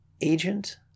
Agent